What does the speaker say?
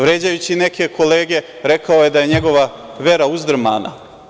Vređajući neke kolege, rekao je da je njegova vera uzdrmana.